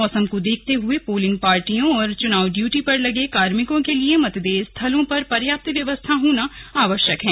मौसम को देखते हुए पोलिंग पार्टियों और चुनाव ड्यूटी पर लगे कार्मिकों के लिए मतदेय स्थलों पर पर्याप्त व्यवस्था होना आवश्यक है